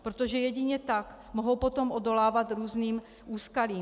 Protože jedině tak mohou potom odolávat různým úskalím.